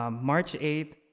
um march eighth,